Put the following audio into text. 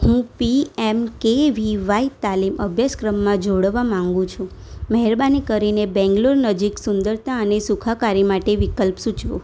હું P M K V Y તાલીમ અભ્યાસક્રમમાં જોડવા માંગુ છું મહેરબાની કરીને બેંગ્લોર નજીક સુંદરતા અને સુખાકારી માટે વિકલ્પ સૂચવો